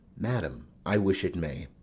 madam, i wish it may.